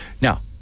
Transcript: Now